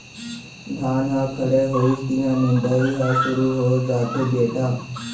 धान ह खड़े होइस तिहॉं निंदई ह सुरू हो जाथे बेटा